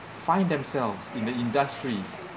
find themselves in the industry